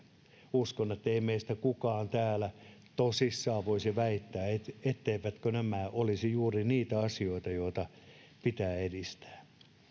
uskon että ei meistä kukaan täällä tosissaan voisi väittää etteivätkö nämä olisi juuri niitä asioita joita pitää edistää